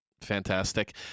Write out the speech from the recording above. fantastic